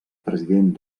president